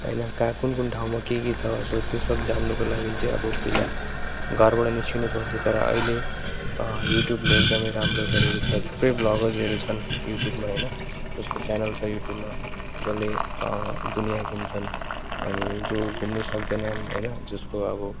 होइन कहाँ कुन कुन ठाउँमा के के छ सो त्यो सब जान्नुको लागि चाहिँ अब पहिला घरबाट निस्किनु पर्थ्यो तर अहिले युट्युबले एकदमै राम्रो गरेको छ थुप्रै भ्लगर्सहरू छन् युट्युबमा होइन जसको च्यानल छ युट्युबमा जसले दुनिया घुम्छन् अनि जो घुम्नु सक्दैनन् होइन जसको अब